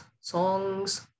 songs